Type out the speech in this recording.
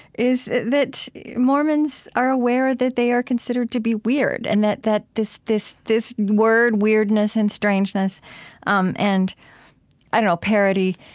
is that mormons are aware that they are considered to be weird and that that this this word, weirdness and strangeness um and, i don't know, parody,